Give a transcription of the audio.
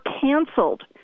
canceled